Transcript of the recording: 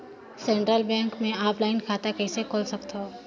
Central bank मे offline खाता कइसे खोल सकथव?